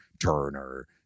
Turner